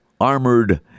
armored